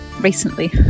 recently